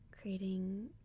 creating